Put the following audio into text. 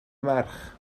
merch